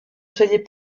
soyez